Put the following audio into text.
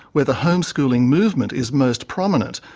where the homeschooling movement is most prominent,